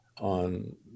on